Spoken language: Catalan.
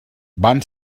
van